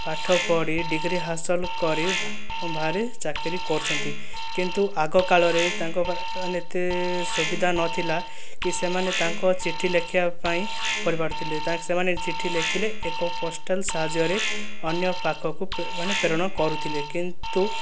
ପାଠ ପଢ଼ି ଡିଗ୍ରୀ ହାସଲ କରି ବାହାରେ ଚାକିରି କରୁଛନ୍ତି କିନ୍ତୁ ଆଗକାଳରେ ତାଙ୍କ ମାନେ ଏତେ ସୁବିଧା ନଥିଲା କି ସେମାନେ ତାଙ୍କ ଚିଠି ଲେଖିବାପାଇଁ କରିପାରୁ ଥିଲେ ସେମାନେ ଚିଠି ଲେଖିଲେ ଏକ ପୋଷ୍ଟାଲ ସାହାଯ୍ୟ ରେ ଅନ୍ୟପାଖକୁ ମାନେ ପ୍ରେରଣ କରୁଥିଲେ କିନ୍ତୁ